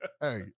Hey